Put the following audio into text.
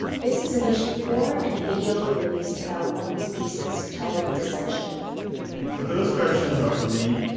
this is anish kapoor in a video he released about one of his pieces titled dissension so those questions are, for me,